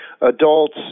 adults